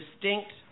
distinct